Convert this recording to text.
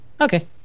Okay